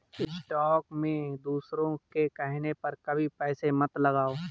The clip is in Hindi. स्टॉक में दूसरों के कहने पर कभी पैसे मत लगाओ